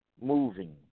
moving